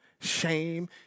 shame